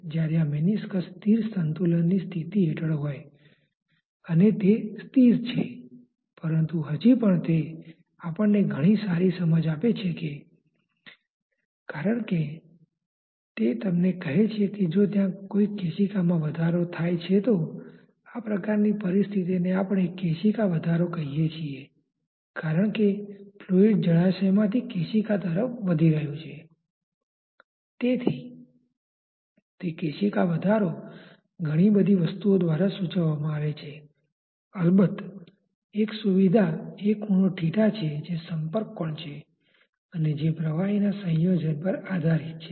તેથી જો તમે નિયંત્રણ વોલ્યુમ લેવા ઇચ્છો છો તો ચાલો આપણે કહીએ કે આપણે આના જેવું નિયંત્રણ વોલ્યુમ પસંદ કરીએ છીએ જે ફક્ત બાઉન્ડ્રી લેયરની ધારને ઘેરાયેલો વિસ્તાર નિયંત્રણ volume control volume control volume છે